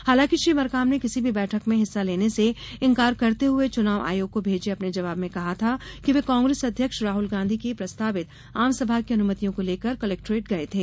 हालांकि श्री मरकाम ने किसी भी बैठक में हिस्सा लेने से इनकार करते हुए चुनाव आयोग को भेजे अपने जवाब में कहा था कि वे कांग्रेस अध्यक्ष राहुल गांधी की प्रस्तावित आमसभा की अनुमतियों को लेकर कलेक्टोरेट गए थे